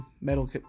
metal